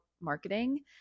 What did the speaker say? marketing